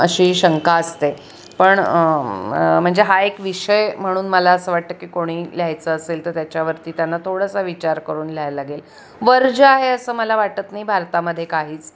अशी शंका असते पण म्हणजे हा एक विषय म्हणून मला असं वाटतं की कोणी लिहायचं असेल तर त्याच्यावरती त्यांना थोडासा विचार करून लिहायला लागेल वर्ज्य आहे असं मला वाटत नाही भारतामध्ये काहीच